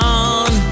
on